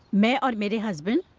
my i mean husband,